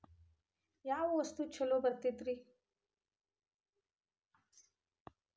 ಯಾವ ವಸ್ತು ಛಲೋ ಬರ್ತೇತಿ?